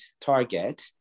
target